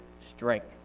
strength